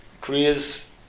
Korea's